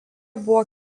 buvo